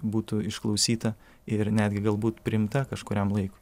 būtų išklausyta ir netgi galbūt priimta kažkuriam laikui